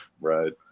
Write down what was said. Right